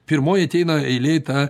pirmoji ateina eilėj ta